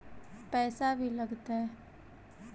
पैसा भी लगतय?